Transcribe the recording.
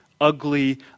ugly